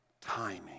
timing